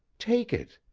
take it,